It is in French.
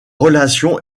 relation